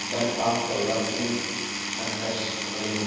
ಡೆಬ್ಟ್ of developing countries ಅಂದ್ರೇನು?